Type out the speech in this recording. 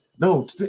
No